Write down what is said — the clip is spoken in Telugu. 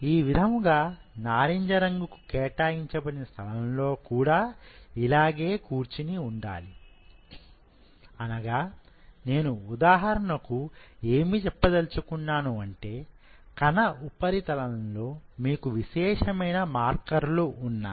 ఆ విధముగానే నారింజ రంగు కు కేటాయించబడిన స్థలంలో కూడా ఇలాగే కూర్చుని ఉండాలి అనగా నేను ఉదాహరణకు ఏమి చెప్పదలుచుకున్నాను అంటే కణ ఉపరితలంలో మీకు విశేషమైన మార్కర్లు ఉన్నాయి